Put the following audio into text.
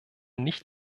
nicht